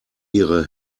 ihre